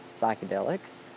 psychedelics